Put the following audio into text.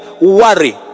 worry